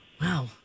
Wow